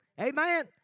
Amen